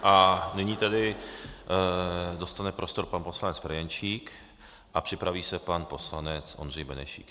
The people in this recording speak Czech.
A nyní tedy dostane prostor pan poslanec Ferjenčík a připraví se pan poslanec Ondřej Benešík.